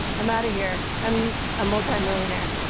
i'm out of here. i'm a multimillionaire.